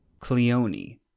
Cleone